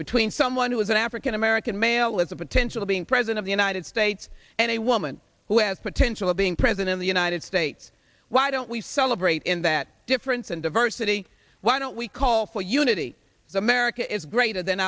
between someone who is an african american male is a potential being present in the united states and a woman who has potential of being present in the united states why don't we celebrate in that difference and diversity why don't we call for unity america is greater than